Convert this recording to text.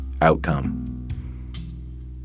outcome